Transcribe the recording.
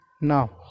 now